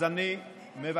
אז אני מבקש,